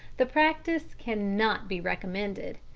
the practice cannot be recommended.